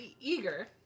eager